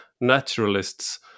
naturalists